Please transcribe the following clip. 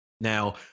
now